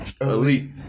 Elite